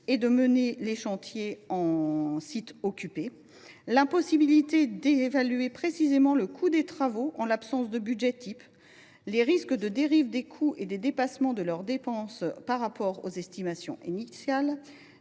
concurrentes. Nous avons ensuite relevé l’impossibilité d’évaluer précisément le coût des travaux, en l’absence de budget type, les risques de dérive des coûts et de dépassement des dépenses par rapport aux estimations initiales,